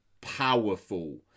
powerful